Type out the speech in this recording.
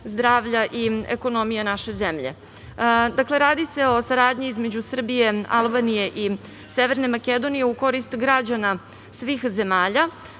zdravlja i ekonomije naše zemlje. Radi se o saradnji između Srbije, Albanije i Severne Makedonije, a u korist građana svih zemalja.